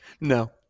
No